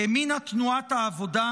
האמינה תנועת העבודה,